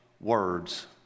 words